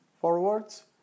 forwards